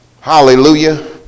hallelujah